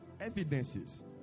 evidences